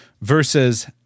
versus